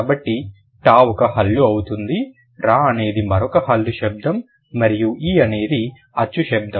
కాబట్టి ta ఒక హల్లు అవుతుంది ra అనేది మరొక హల్లు శబ్దం మరియు ee అనేది అచ్చు శబ్దం